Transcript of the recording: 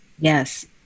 yes